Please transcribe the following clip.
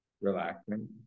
relaxing